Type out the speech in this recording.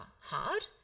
hard